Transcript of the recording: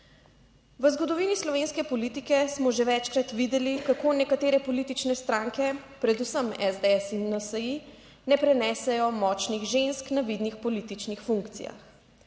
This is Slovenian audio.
V zgodovini slovenske politike smo že večkrat videli, kako nekatere politične stranke, predvsem SDS in NSi, ne prenesejo močnih žensk na vidnih političnih funkcijah.